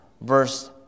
Verse